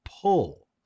pull